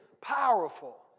powerful